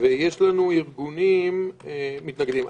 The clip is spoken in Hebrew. ויש לנו ארגונים מתנגדים.